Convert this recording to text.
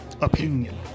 opinion